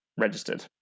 registered